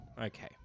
Okay